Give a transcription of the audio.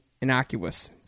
innocuous